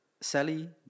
sally